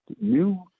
new